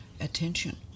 attention